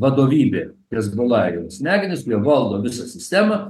vadovybė hezbola yra smegenys kurie valdo visą sistemą